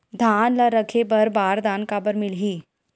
धान ल रखे बर बारदाना काबर मिलही?